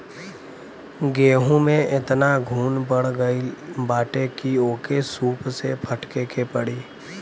गेंहू में एतना घुन पड़ गईल बाटे की ओके सूप से फटके के पड़ी